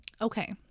Okay